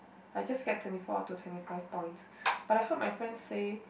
but I just get twenty four to twenty five points but I heard my friends say